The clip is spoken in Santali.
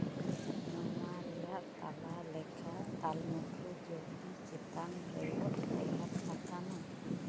ᱱᱚᱣᱟ ᱨᱮᱭᱟᱜ ᱛᱟᱞᱟ ᱞᱮᱠᱷᱟ ᱛᱟᱞᱢᱩᱴ ᱨᱮ ᱡᱩᱫᱤ ᱪᱮᱛᱟᱱ ᱨᱮᱭᱚᱜ ᱴᱮᱸᱦᱟᱰ ᱟᱠᱟᱱᱟ